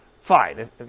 Fine